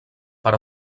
per